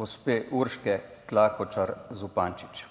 gospe Urške Klakočar Zupančič.